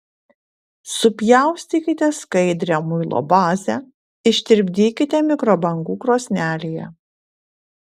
supjaustykite skaidrią muilo bazę ištirpdykite mikrobangų krosnelėje